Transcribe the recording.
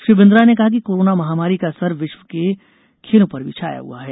श्री बिन्द्रा ने कहा कि कोरोना महामारी का असर विश्व में खेलों पर भी छाया हुआ है